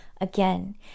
again